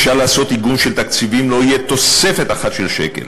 אפשר לעשות איגום תקציבים, לא תהיה תוספת של שקל,